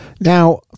Now